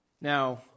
Now